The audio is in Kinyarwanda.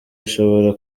ashobora